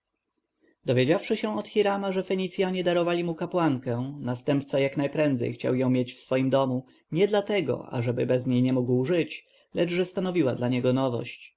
dowiedziawszy się od hirama że fenicjanie darowali mu kapłankę następca jak najprędzej chciał ją mieć w swym domu nie dlatego ażeby bez niej nie mógł żyć lecz że stanowiła dla niego nowość